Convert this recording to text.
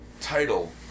title